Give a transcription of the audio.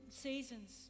seasons